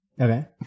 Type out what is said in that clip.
Okay